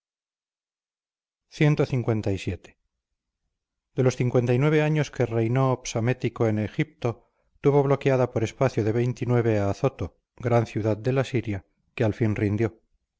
movediza clvii de los años que reinó psamético en egipto tuvo bloqueada por espacio de a azoto gran ciudad de la siria que al fin rindió